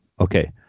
Okay